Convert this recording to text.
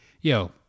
Yo